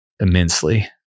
immensely